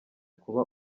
kuba